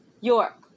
York